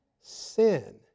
sin